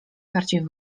bardziej